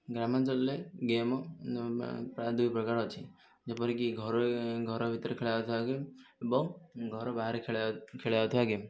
ଗ୍ରାମାଞ୍ଚଳରେ ଗେମ୍ ପ୍ରାୟ ଦୁଇ ପ୍ରକାର ଅଛି ଯେପରି କି ଘରୋଇ ଘର ଭିତରେ ଖେଳା ହେଉଥିବା ଗେମ୍ ଏବଂ ଘର ବାହାରେ ଖେଳା ଖେଳା ଯାଉଥିବା ଗେମ୍